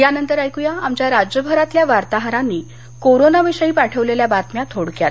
यानंतर ऐकया आमच्या राज्यभरातल्या वार्ताहरांनी कोरोना विषयी पाठवलेल्या बातम्या थोडक्यात